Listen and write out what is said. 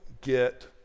get